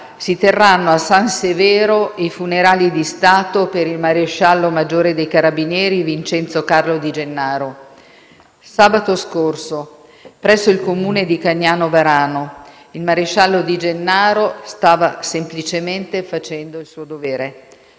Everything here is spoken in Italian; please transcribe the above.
si terranno a San Severo i funerali di Stato per il maresciallo maggiore dei carabinieri Vincenzo Carlo Di Gennaro. Sabato scorso, presso il Comune di Cagnano Varano, il maresciallo Di Gennaro stava semplicemente facendo il suo dovere: